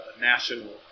national